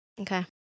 Okay